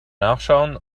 nachschauen